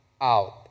out